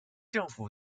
政府